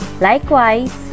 likewise